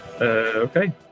Okay